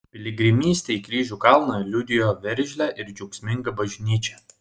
piligrimystė į kryžių kalną liudijo veržlią ir džiaugsmingą bažnyčią